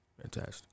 Fantastic